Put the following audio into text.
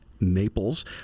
Naples